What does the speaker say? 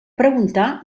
preguntar